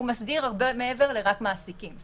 והוא מסדיר הרבה מעבר למעסיקים בלבד.